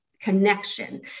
connection